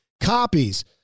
copies